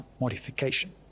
modification